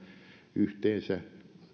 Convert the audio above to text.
yhteensä